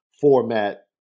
format